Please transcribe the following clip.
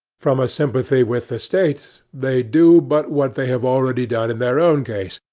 from a sympathy with the state, they do but what they have already done in their own case,